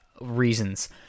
reasons